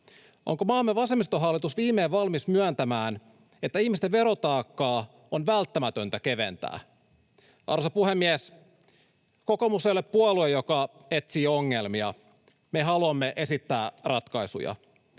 Onko maamme vasemmistohallitus viimein valmis myöntämään, että ihmisten verotaakkaa on välttämätöntä keventää? Arvoisa puhemies! Kokoomus ei ole puolue, joka etsii ongelmia. Me haluamme esittää ratkaisuja.